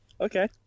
Okay